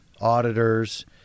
auditors